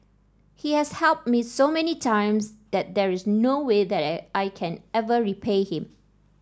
he has helped me so many times that there is no way that I I can ever repay him